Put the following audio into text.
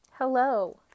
Hello